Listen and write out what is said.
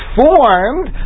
formed